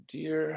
Dear